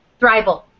thrival